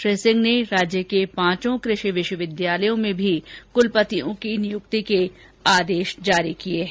श्री सिंह ने राज्य के पांचों कृषि विश्वविद्यालयों में भी कुलपतियों की नियूक्ति के आदेश जारी किये हैं